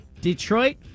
Detroit